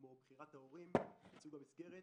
כמו בחירת ההורים במסגרת,